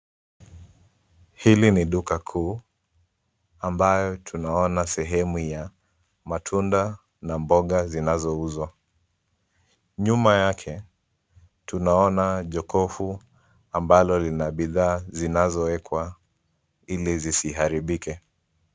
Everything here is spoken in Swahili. Hili ni duka kuu ambayo tunaona sehemu ya matunda na mboga zinazouzwa. Nyuma yake tunaona jokofu ambalo lina bidhaa zinazowekwa ili zisiharibike.